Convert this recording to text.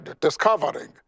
discovering